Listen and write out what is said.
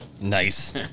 Nice